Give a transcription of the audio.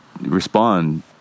respond